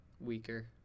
weaker